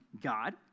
God